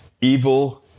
Evil